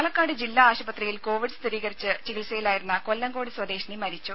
പാലക്കാട് ജില്ലാ ആശുപത്രിയിൽ കോവിഡ് സ്ഥിരീകരിച്ച് ചികിത്സയിലായിരുന്ന കൊല്ലങ്കോട് സ്വദേശിനി മരിച്ചു